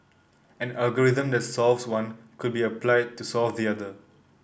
an algorithm that solves one could be applied to solve the other